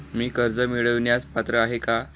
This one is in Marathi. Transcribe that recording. मी कर्ज मिळवण्यास पात्र आहे का?